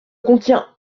contient